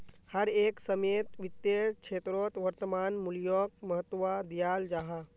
हर एक समयेत वित्तेर क्षेत्रोत वर्तमान मूल्योक महत्वा दियाल जाहा